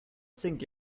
sink